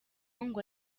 ngo